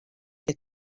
est